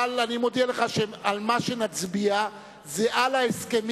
אבל אני מודיע לך שמה שנצביע עליו זה ההסכמים